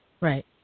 Right